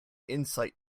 insight